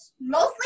mostly